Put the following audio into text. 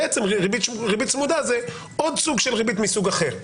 בעצם ריבית צמודה היא עוד סוג של ריבית מסוג אחר.